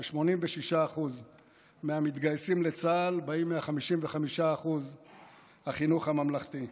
ש-86% מהמתגייסים לצה"ל באים מה-55% החינוך הממלכתי.